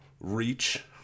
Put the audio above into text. reach